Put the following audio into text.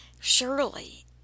Surely